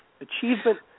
achievement